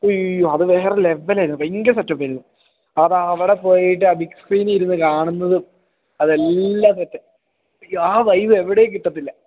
അയ്യോ അത് വേറെ ലെവല് ആയിരുന്നു ഭയങ്കര സെറ്റപ്പ് ആയിരുന്നു അത് അവിടെ പോയിട്ട് ആ ബിഗ് സ്ക്രീനിൽ ഇരുന്ന് കാണുന്നതും അതെല്ലാം സെറ്റ് ആ വൈബ് എവിടെയും കിട്ടത്തില്ല